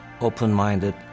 open-minded